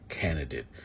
candidate